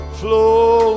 flow